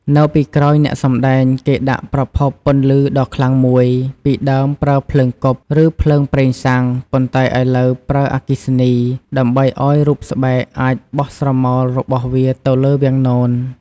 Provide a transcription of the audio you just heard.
នៅពីក្រោយអ្នកសម្តែង គេដាក់ប្រភពពន្លឺដ៏ខ្លាំងមួយ ពីដើមប្រើភ្លើងគប់ ឬភ្លើងប្រេងសាំង ប៉ុន្តែឥឡូវប្រើអគ្គិសនី ដើម្បីឱ្យរូបស្បែកអាចបោះស្រមោលរបស់វាទៅលើវាំងនន។